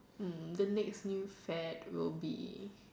mm the next new fad will be